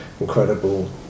incredible